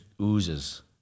oozes